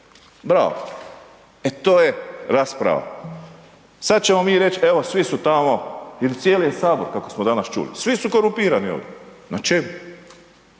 bravo, e to je rasprava. Sada ćemo mi reć evo svi su tamo ili cijeli Sabor kako smo danas čuli, svi su korumpirani ovdje. Na …